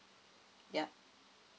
yup